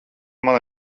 man